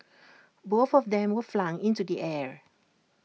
both of them were flung into the air